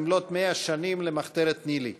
במלאות 100 שנים למחתרת ניל"י,